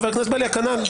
חבר הכנסת בליאק, כנ"ל.